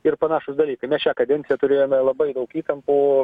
ir panašūs dalykai mes šią kadenciją turėjome labai daug įtampų